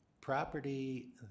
property